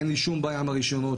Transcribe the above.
אין לי שום בעיה עם הרישיונות,